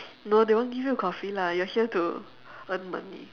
no they won't give you coffee lah you're here to earn money